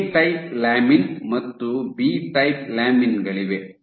A type lamin ಮತ್ತು B type ಲ್ಯಾಮಿನ್ಗಳಿವೆ